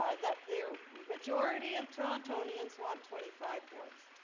ah that the majority of trontonians want twenty five wards?